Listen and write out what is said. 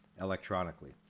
electronically